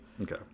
Okay